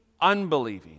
unbelieving